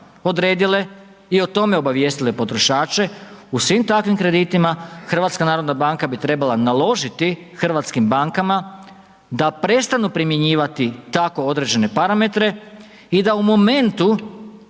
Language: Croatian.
odredile i o tome obavijestile potrošače, u svim takvim kreditima, HNB bi trebala naložiti hrvatskim bankama da prestanu primjenjivati tako određene parametre i da u momentu